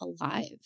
alive